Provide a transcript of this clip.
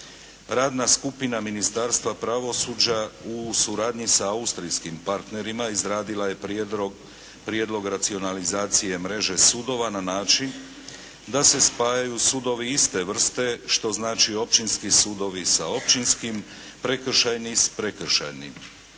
Radna skupina Ministarstva pravosuđa u suradnji sa austrijskim partnerima izradila je prijedlog racionalizacije mreže sudova na način da se spajaju sudovi iste vrste što znači općinski sudovi sa općinskim, prekršajni s prekršajnim.